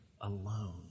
alone